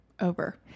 over